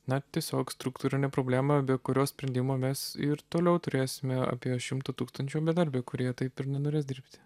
na tiesiog struktūrinė problema be kurios sprendimo mes ir toliau turėsime apie šimtą tūkstančių bedarbių kurie taip ir nenorės dirbti